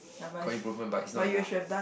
got improvement but it's not enough